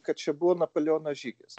kad čia buvo napoleono žygis